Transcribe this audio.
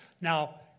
Now